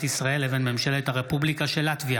ישראל לבין ממשלת הרפובליקה של לטביה,